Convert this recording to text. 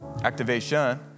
activation